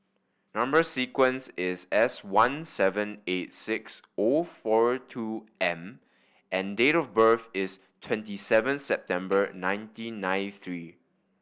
number sequence is S one seven eight six O four two M and date of birth is twenty seven September nineteen nine three